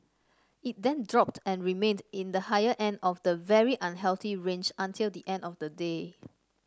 it then dropped and remained in the higher end of the very unhealthy range until the end of the day